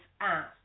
asked